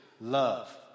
love